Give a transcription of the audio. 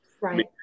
Right